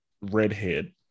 redhead